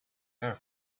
air